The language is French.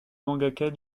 mangaka